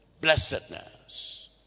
blessedness